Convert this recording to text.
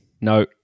No